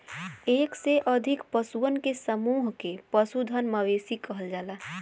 एक से अधिक पशुअन के समूह के पशुधन, मवेशी कहल जाला